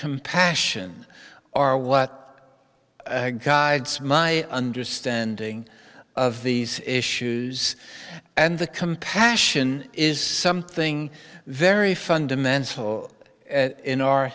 compassion are what guides my understanding of these issues and the compassion is something very fundamental in our